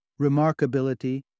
remarkability